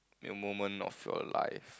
your moment of your life